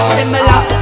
Similar